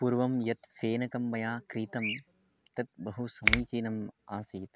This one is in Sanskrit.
पूर्वं यत् फेनकं मया क्रीतं तत् बहू समीचीनम् आसीत्